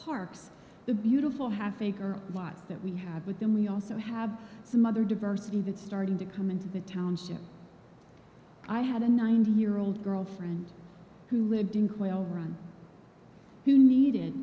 parks the beautiful half acre lots that we have but then we also have some other diversity that started to come into the township i had a ninety year old girlfriend who lived in quail run who needed